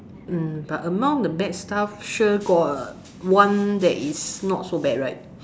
mm but among the bad stuff sure got one that is not so bad right